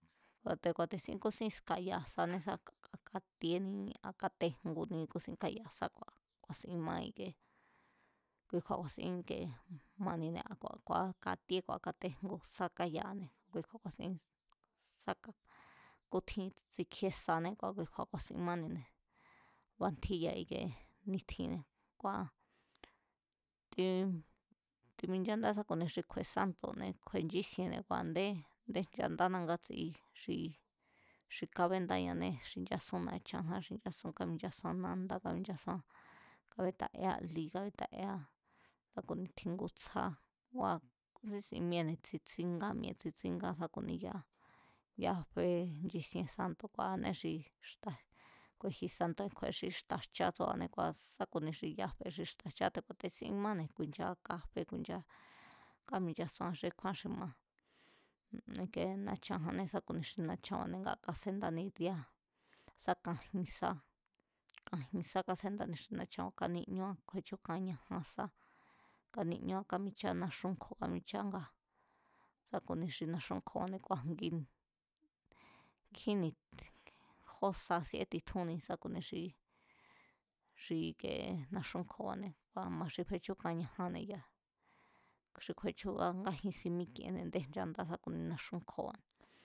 A̱ te̱ ku̱a̱te̱sinne sa kúsín ska̱yaa̱ sané sa a katíéní a katéjnguní kúsínkayaa̱ sá kua̱ ku̱a̱sin má ike kui kju̱a̱ ku̱a̱sin íke manine̱ ku̱aá katíe ku̱a̱á katéjngu sá káyaa̱ne̱ kui kju̱a̱ ku̱a̱sín sá ka kútjín tsikjíe sané kua̱ kui kju̱a̱ ku̱a̱sin mánine̱ bantjíya ikie ni̱tjinne̱ kua̱ tii, timinchandáá sá ku̱ni xi kju̱e̱é sántu̱ne̱ kju̱e̱ nchísienne̱ kua̱ndé a̱nde nchandána ngátsi xi, xi kábendáñanée̱ xi nchasún na̱chanján xi nchasún, káminchasúan nánda káminchasúán kábétaéá lí kábetaéá sá ku̱ni tjingu tsjá kua̱ kúsí sin míée̱ne̱ tsitsíngá mi̱e̱ tsitsíngá sá ku̱ni ya̱a, ya̱a fe nchisien santu̱ ku̱a̱anée̱ xi ku̱e̱ji̱ santu̱ kju̱e̱e xí xta̱ jchá tsúa̱ne̱ kua̱ sá ku̱ni xi ya̱a fe xi xta̱ jchá te̱ ku̱a̱te̱sin máne̱ ku̱i̱nchaa káfé ku̱i̱nchaá káminchasúan xí kjúán xi ma ike na̱chanjannée̱ sá ku̱ni xi na̱chanba̱ne̱ ngaa̱ kásendáni día̱ sá kan jin sá, kajin sá kásendáni xi na̱chanba̱ kaníñúán kju̱e̱chú xi kan ñajan sá káníñúán kámichaa náxúnkjo̱ kámincháñá ngaa̱ sá ku̱ni xi naxunkjo̱ba̱ ku̱a̱jngin, nkjínin, jó sa síé titjúnni sá ku̱ni xi xi ike naxunkjo̱ba̱ne̱ a̱ma xi fechú kan ñajanne̱ ya̱, xi kju̱e̱chu̱a ngajin sin mík'ienne̱ a̱ndé nchandá sá ku̱ni nanxúkjo̱ba̱ne̱